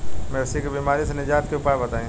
मवेशी के बिमारी से निजात के उपाय बताई?